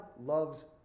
loves